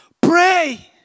Pray